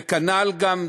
וכנ"ל גם,